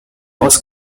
was